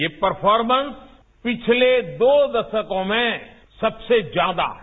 ये परफोरमन्स पिछले दो दशकों में सबसे ज्यादा है